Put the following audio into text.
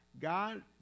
God